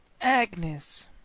Agnes